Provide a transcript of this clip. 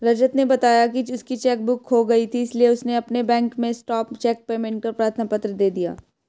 रजत ने बताया की उसकी चेक बुक खो गयी थी इसीलिए उसने अपने बैंक में स्टॉप चेक पेमेंट का प्रार्थना पत्र दे दिया